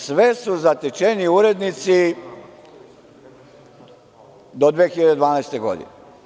Sve su zatečeni urednici do 2012. godine.